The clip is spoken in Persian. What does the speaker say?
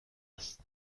است